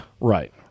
Right